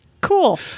Cool